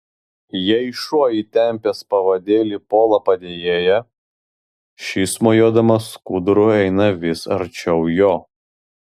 jei šuo įtempęs pavadėlį puola padėjėją šis mojuodamas skuduru eina vis arčiau jo